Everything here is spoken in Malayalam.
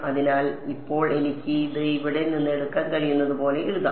അതിനാൽ ഇപ്പോൾ എനിക്ക് ഇത് ഇവിടെ നിന്ന് എടുക്കാൻ കഴിയുന്നത് പോലെ എഴുതാം